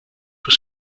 was